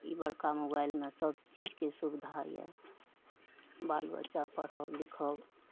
ई बड़का मोबाइलमे सब चीजके सुबिधा यऽ बाल बच्चा पढ़ाउ लिखाउ